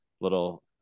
little